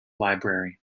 library